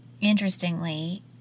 interestingly